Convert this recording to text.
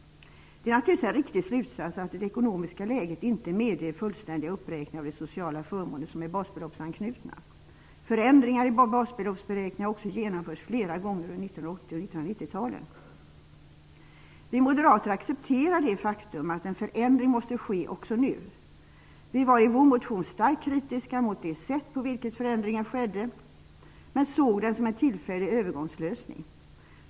Det är naturligtvis en riktig slutsats att det ekonomiska läget inte medger fullständiga uppräkningar av de sociala förmåner som är basbeloppsanknutna. Förändringar i basbeloppsberäkningen har också genomförts flera gånger under 1980 och 1990-talen. Vi moderater accepterar det faktum att en förändring måste ske också nu. Vi var i vår motion starkt kritiska mot det sätt på vilket förändringen skedde, men såg den som en tillfällig övergångslösning.